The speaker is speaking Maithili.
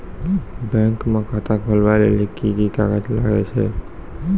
बैंक म खाता खोलवाय लेली की की कागज लागै छै?